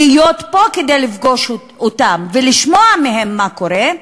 להיות פה כדי לפגוש אותם ולשמוע מהם מה קורה,